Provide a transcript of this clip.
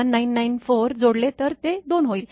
1994 जोडले तर ते 2 होईल